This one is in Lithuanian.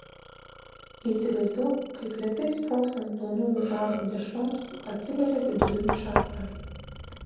įsivaizduok kaip lėtai sprogstant plonųjų žarnų dešroms atsiveria vidurių čakra